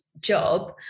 job